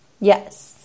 Yes